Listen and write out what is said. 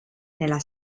nella